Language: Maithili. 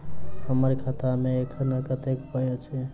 हम्मर खाता मे एखन कतेक पाई अछि?